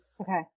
Okay